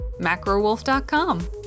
Macrowolf.com